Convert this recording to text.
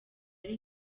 ari